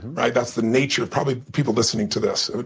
right, that's the nature probably people listening to this,